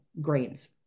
grains